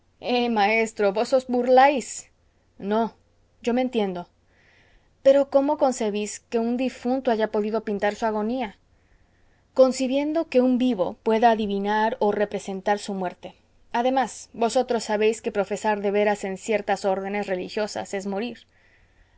maestro vos os burláis no yo me entiendo pero cómo concebís que un difunto haya podido pintar su agonía concibiendo que un vivo pueda adivinar o representar su muerte además vosotros sabéis que profesar de veras en ciertas órdenes religiosas es morir